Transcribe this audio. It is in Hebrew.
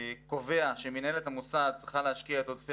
קובע שמנהלת המוסד צריכה להשקיע את עודפי